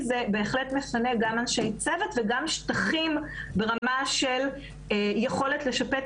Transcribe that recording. כי זה בהחלט מפנה גם אנשי צוות וגם שטחים ברמה של יכולת לשפץ